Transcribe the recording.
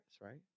right